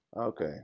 Okay